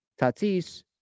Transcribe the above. Tatis